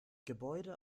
gebäude